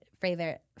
favorite